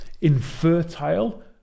infertile